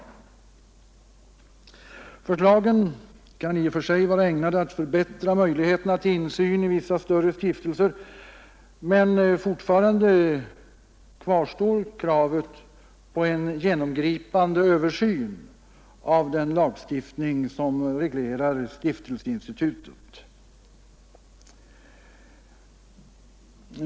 Förslagen kan i och för sig vara ägnade att förbättra möjligheterna till insyn i vissa större stiftelser, men fortfarande kvarstår kravet på en genomgripande översyn av den lagstiftning som reglerar stiftelseinstitutet.